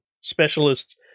specialists